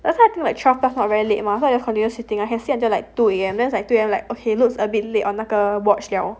last time I think like twelve plus like not very late mah so I just continue sitting I can sit until like two A_M and then is like 2 A_M I'm like okay looks a bit late on like 那个 watch liao